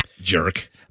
jerk